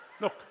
look